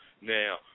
Now